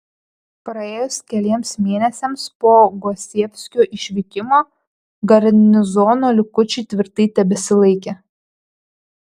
praėjus keliems mėnesiams po gosievskio išvykimo garnizono likučiai tvirtai tebesilaikė